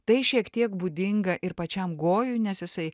tai šiek tiek būdinga ir pačiam gojui nes jisai